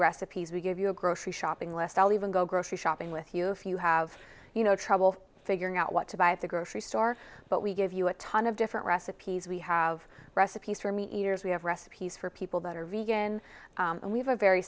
recipes we give you a grocery shopping list i'll even go grocery shopping with you if you have you know trouble figuring out what to buy at the grocery store but we give you a ton of different recipes we have recipes for meters we have recipes for people that are reagan and we have a very